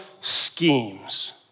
schemes